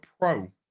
pro